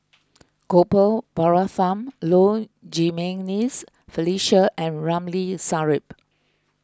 Gopal Baratham Low Jimenez Felicia and Ramli Sarip